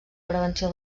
prevenció